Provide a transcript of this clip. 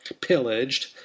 pillaged